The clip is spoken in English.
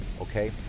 Okay